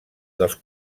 dels